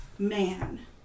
Man